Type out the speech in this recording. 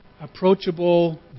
approachable